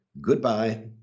goodbye